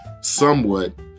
somewhat